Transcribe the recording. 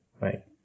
right